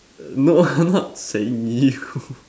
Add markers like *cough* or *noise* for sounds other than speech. no I not saying you *laughs*